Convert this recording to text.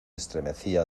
estremecía